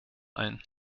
ein